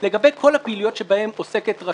לגבי פעילות של אגודות פיקדון ואשראי.